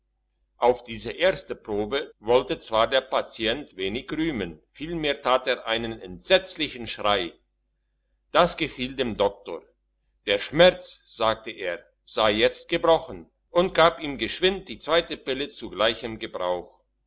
auf diese erste probe wollte zwar der patient wenig rühmen vielmehr tat er einen entsetzlichen schrei das gefiel dem doktor der schmerz sagte er sei jetzt gebrochen und gab ihm geschwind die zweite pille zu gleichem gebrauch